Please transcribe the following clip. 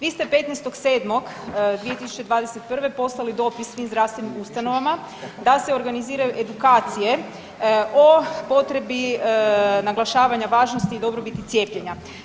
Vi ste 15.7.2021. poslali dopis svim zdravstvenim ustanovama da se organiziraju edukacije o potrebi naglašavanja važnosti i dobrobiti cijepljenja.